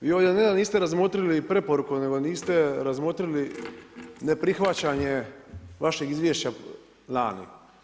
Vi ovdje ne da niste razmotrili preporuku nego niste razmotrili neprihvaćanje vašeg izvješća lani.